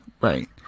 right